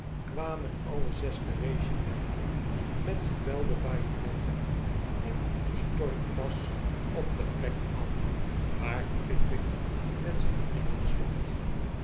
kwamen alle zes de regimenten met gevelde bajonetten in den stormpas op de plek af waar pickwick met zijn vrienden stond